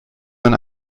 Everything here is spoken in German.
man